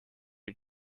you